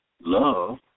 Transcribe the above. love